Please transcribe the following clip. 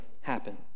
happen